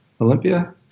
Olympia